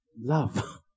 love